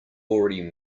already